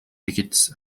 tickets